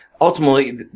ultimately